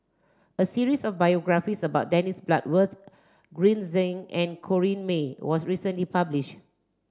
a series of biographies about Dennis Bloodworth Green Zeng and Corrinne May was recently publish